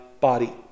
body